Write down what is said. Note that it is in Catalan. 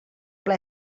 ple